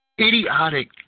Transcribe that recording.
idiotic